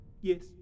Yes